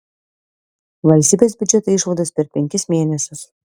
valstybės biudžeto išlaidos per penkis mėnesius